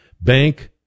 Bank